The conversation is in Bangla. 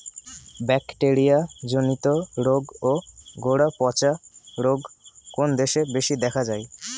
ব্যাকটেরিয়া জনিত রোগ ও গোড়া পচা রোগ কোন দেশে বেশি দেখা যায়?